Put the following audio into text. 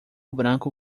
branco